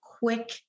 quick